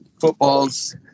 football's